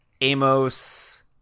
Amos